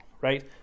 right